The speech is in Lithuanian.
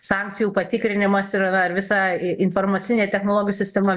sankcijų patikrinimas ir yra ir visa informacinė technologijų sistema